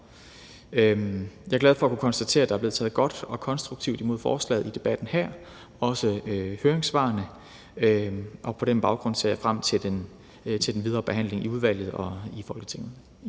Jeg er glad for at kunne konstatere, at der er blevet taget godt og konstruktivt imod forslaget i debatten her og også i høringssvarene. På den baggrund ser jeg frem til den videre behandling i udvalget og i Folketinget